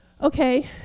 Okay